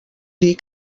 dir